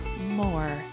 more